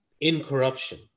incorruption